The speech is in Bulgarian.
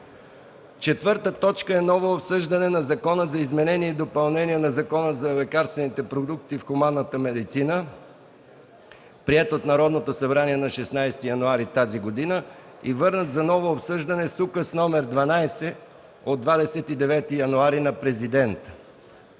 производство. 4. Ново обсъждане на Закона за изменение и допълнение на Закона за лекарствените продукти в хуманната медицина, приет от Народното събрание на 16 януари 2014 г. и върнат за ново обсъждане с Указ № 12 от 29 януари 2014 г. на Президента